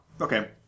okay